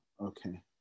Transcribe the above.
Okay